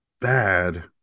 bad